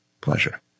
pleasure